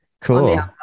Cool